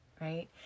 Right